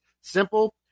simple